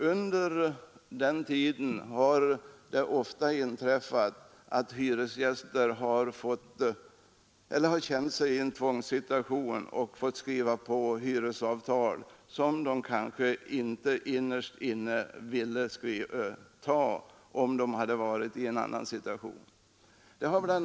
Under den tiden har det ofta inträffat att hyresgäster har känt sig vara i en tvångssituation och fått skriva på hyresavtal, som de kanske inte innerst inne velat göra om de varit i en annan situation. Bl.